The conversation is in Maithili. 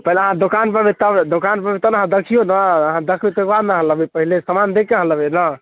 काल्हि अहाँ दोकानपर अएबै तब दोकानपर अएबै तब ने अहाँ देखिऔ ने अहाँ देखबै तकरबाद ने अहाँ लेबै पहिले सामान देखिकऽ अहाँ लेबै ने